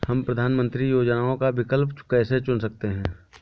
हम प्रधानमंत्री योजनाओं का विकल्प कैसे चुन सकते हैं?